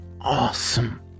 awesome